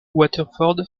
waterford